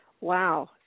Wow